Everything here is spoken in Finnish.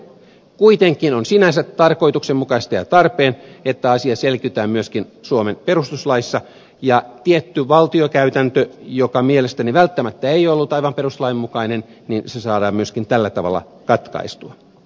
kuitenkin on sinänsä tarkoituksenmukaista ja tarpeen että asia selkiytetään myöskin suomen perustuslaissa ja tietty valtiokäytäntö joka ei mielestäni välttämättä ollut aivan perustuslain mukainen saadaan myöskin tällä tavalla katkaistua